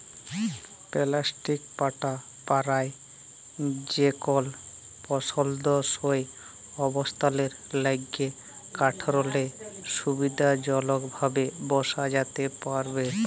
plastic পাটা পারায় যেকল পসন্দসই অবস্থালের ল্যাইগে কাঠেরলে সুবিধাজলকভাবে বসা যাতে পারহে